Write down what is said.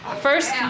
First